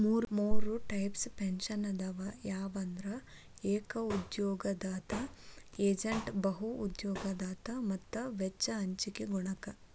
ಮೂರ್ types pension ಅದಾವ ಯಾವಂದ್ರ ಏಕ ಉದ್ಯೋಗದಾತ ಏಜೇಂಟ್ ಬಹು ಉದ್ಯೋಗದಾತ ಮತ್ತ ವೆಚ್ಚ ಹಂಚಿಕೆ ಗುಣಕ